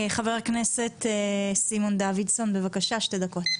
חבר הכנסת סימון דוידסון, בבקשה, שתי דקות.